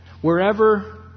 wherever